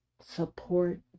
support